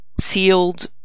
Sealed